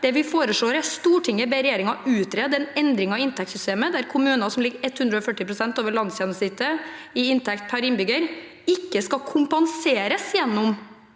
Stortinget ber regjeringen utrede en endring av inntektssystemet, der kommuner som ligger 140 pst. over landsgjennomsnittet i inntekt per innbygger, ikke skal kompenseres gjennom